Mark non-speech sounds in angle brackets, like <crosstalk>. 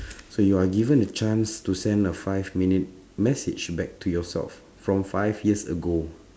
<breath> so you are given a chance to send a five minute message back to yourself from five years ago